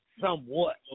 somewhat